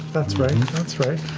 that's right, that's right.